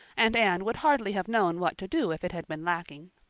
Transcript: and anne would hardly have known what to do if it had been lacking.